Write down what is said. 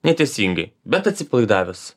neteisingai bet atsipalaidavęs